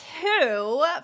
two